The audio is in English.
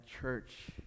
church